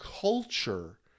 culture